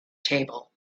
table